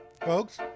Folks